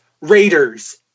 Raiders